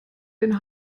den